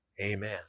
Amen